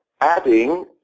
adding